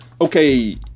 okay